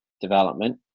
development